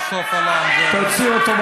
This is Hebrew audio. אדוני, תוציאו אותו.